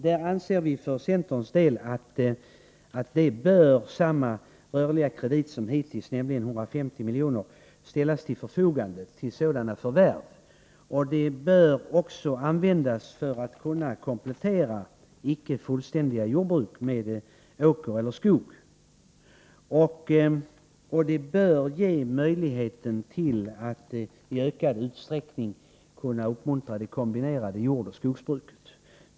Där anser vi för centerns del att samma rörliga kredit som hittills, nämligen 150 miljoner, bör ställas till förfogande för sådana förvärv. Den bör också användas för att kunna komplettera icke fullständiga jordbruk med åker eller skog. Det bör ge möjlighet att i ökad utsträckning uppmuntra det kombinerade jordoch skogsbruket.